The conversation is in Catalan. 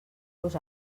los